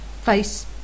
face